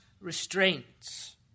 restraints